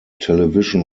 television